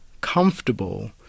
comfortable